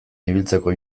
ibiltzeko